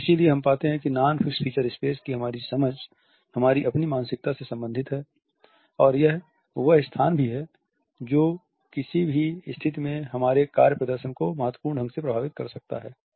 तो इसीलिए हम पाते हैं कि नॉन फिक्स्ड फ़ीचर स्पेस की हमारी समझ हमारी अपनी मानसिकता से संबंधित है और यह वह स्थान भी है जो किसी भी स्थिति में हमारे कार्य प्रदर्शन को महत्वपूर्ण ढंग से प्रभावित कर सकता है